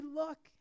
look